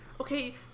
Okay